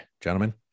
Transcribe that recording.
gentlemen